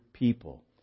people